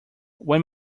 when